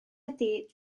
ydi